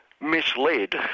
Misled